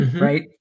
right